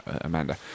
Amanda